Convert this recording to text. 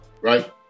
right